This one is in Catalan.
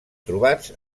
trobats